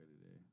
today